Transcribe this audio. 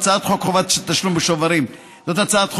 הצעת חוק חובת תשלום בשוברים זאת הצעת חוק,